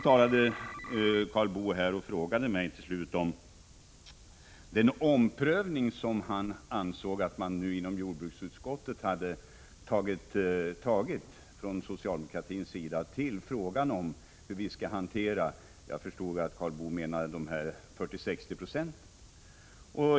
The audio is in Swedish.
Till sist frågade Karl Boo mig om den omprövning som han anser att socialdemokraterna i jordbruksutskottet har gjort beträffande frågan om hur vi skall hantera de 40 resp. 60 procenten — jag förstår att det var detta han menade.